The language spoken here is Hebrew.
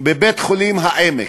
בבית-חולים "העמק",